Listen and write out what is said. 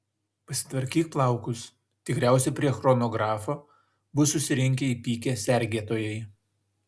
pasitvarkyk plaukus tikriausiai prie chronografo bus susirinkę įpykę sergėtojai